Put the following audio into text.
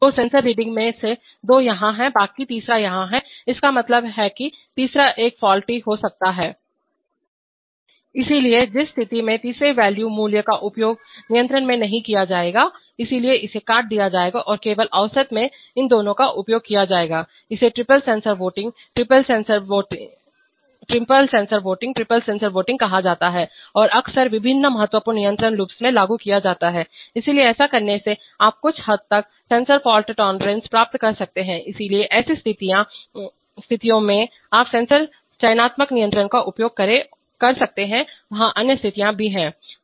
तो sensor reading में से दो यहाँ हैं जबकि तीसरा यहाँ है इसका मतलब है कि तीसरा एक फौल्टी हो सकता है इसलिए जिस स्थिति में तीसरे वाले मूल्य का उपयोग नियंत्रण में नहीं किया जाएगा इसलिए इसे काट दिया जाएगा और केवल औसत में इन दोनों का उपयोग किया जाएगा इसे triple sensor voting triple sensor voting कहा जाता है और अक्सर विभिन्न महत्वपूर्ण नियंत्रण लूप्स में लागू किया जाता है इसलिए ऐसा करने से आप कुछ हद तक सेंसर फाल्ट टॉलरेंस प्राप्त कर सकते हैं इसलिए ऐसी स्थितियों में आप सेंसर चयनात्मक नियंत्रण का उपयोग करें कर सकते हैं वहाँ अन्य स्थितियों भी हैं